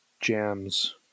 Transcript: jams